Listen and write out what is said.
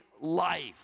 life